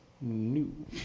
new